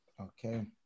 Okay